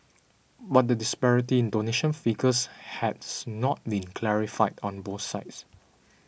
but the disparity in donation figures has not been clarified on both sides